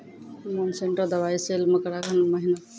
Monsanto दवाई sale मकर अघन महीना,